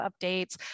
updates